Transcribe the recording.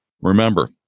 Remember